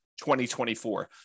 2024